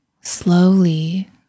slowly